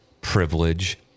privilege